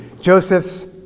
Joseph's